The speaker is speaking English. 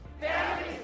Families